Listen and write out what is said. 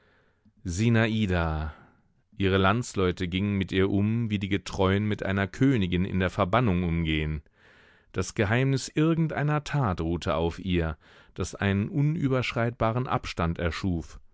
sinada ihre landsleute gingen mit ihr um wie die getreuen mit einer königin in der verbannung umgehen das geheimnis irgend einer tat ruhte auf ihr das einen unüberschreitbaren abstand erschuf